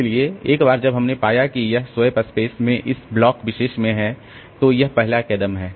इसलिए एक बार जब हमने पाया कि यह स्वैप स्पेस में इस ब्लॉक विशेष में है तो यह पहला कदम है